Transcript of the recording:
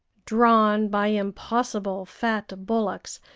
drawn by impossible fat bullocks,